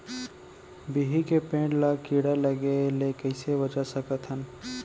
बिही के पेड़ ला कीड़ा लगे ले कइसे बचा सकथन?